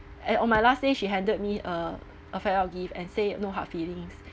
and on my last day she handed me a a farewell gift and say no hard feelings